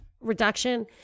reduction